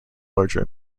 larger